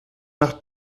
nach